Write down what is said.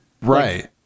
Right